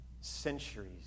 centuries